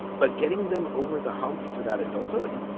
but getting them over the hump to that adulthood,